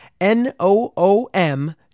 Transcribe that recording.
N-O-O-M